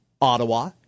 Ottawa